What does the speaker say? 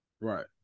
Right